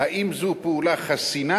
האם זו פעולה חסינה,